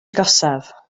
agosaf